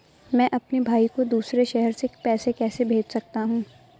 मैं अपने भाई को दूसरे शहर से पैसे कैसे भेज सकता हूँ?